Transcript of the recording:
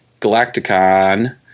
Galacticon